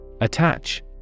Attach